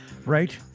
right